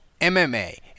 MMA